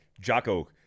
Jocko